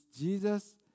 Jesus